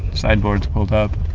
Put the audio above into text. sideboards pulled up,